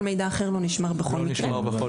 כל מידע אחר לא נשמר בכל מקרה.